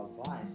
advice